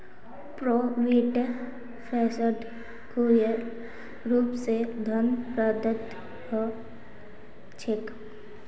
provident फंडत मुख्य रूप स धन प्रदत्त ह छेक